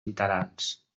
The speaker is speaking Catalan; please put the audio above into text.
literaris